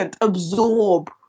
Absorb